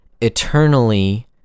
eternally